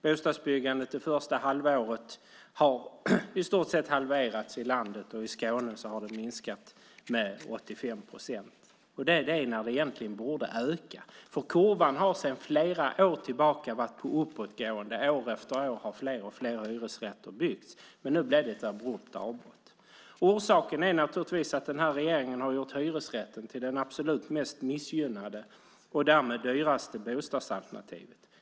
Bostadsbyggandet under första halvåret har i stort sett halverats i landet, och i Skåne har det minskat med 85 procent. Det sker när det egentligen borde öka, för kurvan har sedan flera år tillbaka varit uppåtgående. År efter år har fler och fler hyresrätter byggts. Men nu blir det ett abrupt avbrott. Orsaken är naturligtvis att den här regeringen har gjort hyresrätten till det absolut mest missgynnade, och därmed dyraste, bostadsalternativet.